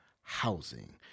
housing